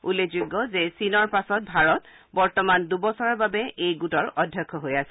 উল্লেখযোগ্য যে চীনৰ পাছত ভাৰত বৰ্তমান দুবছৰৰ বাবে এই গোটৰ অধ্যক্ষ হৈ আছে